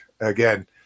Again